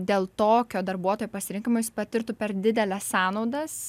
dėl tokio darbuotojo pasirinkimo jis patirtų per dideles sąnaudas